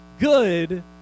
Good